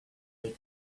make